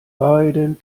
beiden